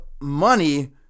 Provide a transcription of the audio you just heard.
money